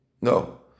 No